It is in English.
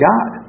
God